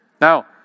Now